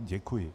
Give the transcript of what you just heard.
Děkuji.